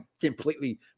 completely